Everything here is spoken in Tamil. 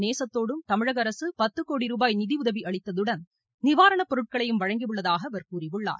நேசத்தோடும் தமிழக அரசு பத்து கோடி ரூபாய் நிதி உதவி அளித்ததுடன் நிவாரணப் பொருட்களையும் வழங்கியுள்ளதாக அவர் கூறியுள்ளார்